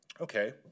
Okay